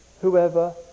whoever